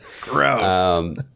Gross